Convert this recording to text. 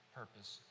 purpose